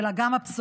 אלא גם הפסולת.